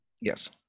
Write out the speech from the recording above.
Yes